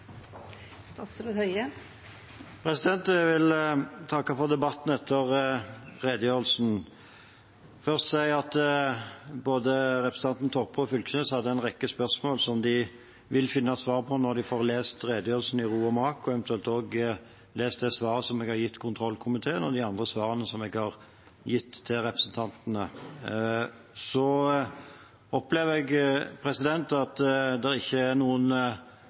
Jeg vil takke for debatten etter redegjørelsen. Først vil jeg si at representantene Toppe og Fylkesnes hadde en rekke spørsmål som de vil finne svar på når de får lest redegjørelsen i ro og mak, og eventuelt også lest det svaret jeg har gitt kontroll- og konstitusjonskomiteen, og de andre svarene som jeg har gitt representantene. Jeg opplever at det ikke er noen forslag som er blitt fremmet eller tatt opp, som ville hatt noen